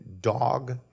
dog